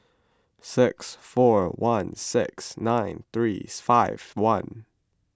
six four one six nine three five one